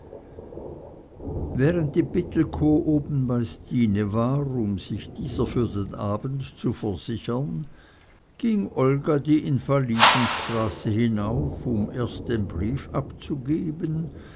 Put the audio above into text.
während die pittelkow oben bei stine war um sich dieser für den abend zu versichern ging olga die invalidenstraße hinauf um erst den brief abzugeben